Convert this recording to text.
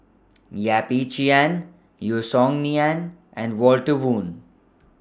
Yap Ee Chian Yeo Song Nian and Walter Woon